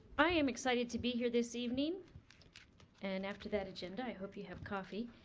i am excited to be here this evening and after that agenda, i hope you have coffee.